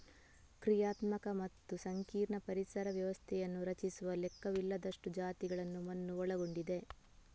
ಕ್ರಿಯಾತ್ಮಕ ಮತ್ತು ಸಂಕೀರ್ಣ ಪರಿಸರ ವ್ಯವಸ್ಥೆಯನ್ನು ರಚಿಸುವ ಲೆಕ್ಕವಿಲ್ಲದಷ್ಟು ಜಾತಿಗಳನ್ನು ಮಣ್ಣು ಒಳಗೊಂಡಿದೆ